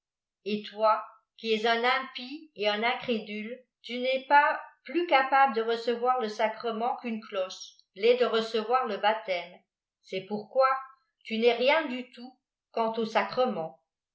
et toi qui es un impie et un incrédule tu n'es pas plus caêable de recevoir le sacrement qu'une cloche l'est de recevoir le aptême c'est pourquoi tu n'es rien du tout quant au sacrement